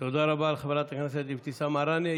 תודה רבה לחברת הכנסת אבתיסאם מראענה.